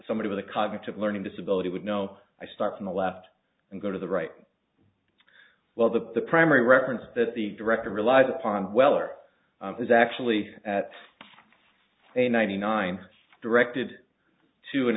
somebody with a cognitive learning disability would know i start from the left and go to the right well the primary reference that the director relies upon well or is actually at a ninety nine directed to an